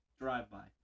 Drive-by